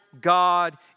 God